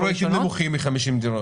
אבל אם אלה פרויקטים נמוכים מ-50 דירות?